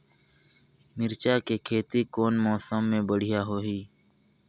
मिरचा के खेती कौन मौसम मे बढ़िया होही?